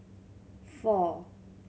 four